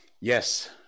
Yes